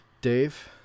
Dave